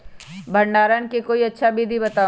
भंडारण के कोई अच्छा विधि बताउ?